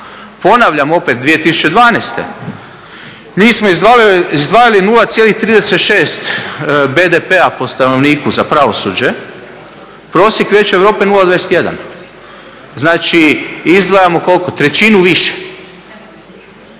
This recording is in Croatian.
Ponavljam opet, 2012.mi smo izdvajali 0,36 BDP-a po stanovniku za pravosuđe, prosjek Vijeća Europe 0,21 znači izdvajamo koliko, trećinu više.